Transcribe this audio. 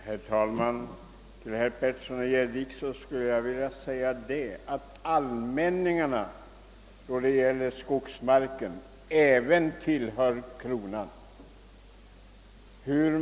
Herr talman! Till herr Petersson i Gäddvik skulle jag vilja säga att allmänningarna med skogsmark även tillhör kronan.